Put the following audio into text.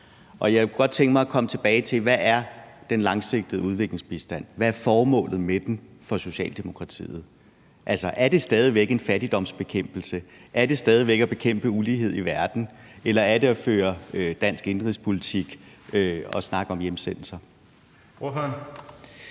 Jeg kunne godt tænke mig at komme tilbage til at høre, hvad den langsigtede udviklingsbistand er. Hvad er formålet med den for Socialdemokratiet? Er det stadig væk fattigdomsbekæmpelse? Er det stadig væk at bekæmpe ulighed i verden? Eller er det at føre dansk indenrigspolitik ved at snakke om hjemsendelser?